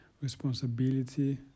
responsibility